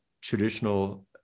traditional